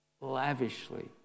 lavishly